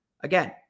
again